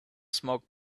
smoke